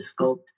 sculpt